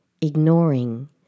ignoring